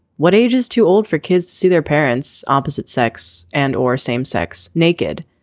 what age is too old for kids to see their parents opposite sex and or same sex naked.